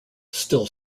still